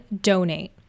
donate